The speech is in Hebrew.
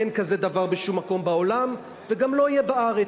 אין כזה דבר בשום מקום בעולם וגם לא יהיה בארץ.